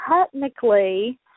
technically